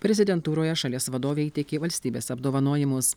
prezidentūroje šalies vadovė įteikė valstybės apdovanojimus